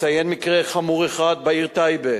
אציין מקרה חמור אחד בעיר טייבה,